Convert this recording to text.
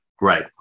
Right